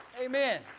Amen